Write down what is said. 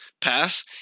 pass